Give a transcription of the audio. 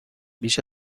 بیش